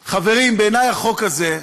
חברים, בעיני החוק הזה,